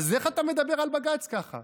אז איך אתה מדבר על בג"ץ ככה?